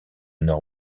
nord